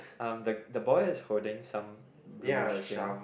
um the the boy is holding some bluish thing